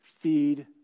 feed